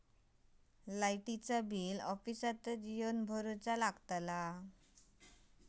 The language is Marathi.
लाईटाचा बिल ऑफिसातच येवन भरुचा लागता?